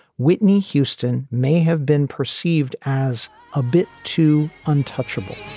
whitney houston may have been perceived as a bit too untouchable